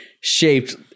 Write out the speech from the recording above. shaped